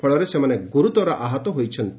ଫଳରେ ସେମାନେ ଗୁରୁତର ଆହତ ହୋଇଛନ୍ତି